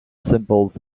symbols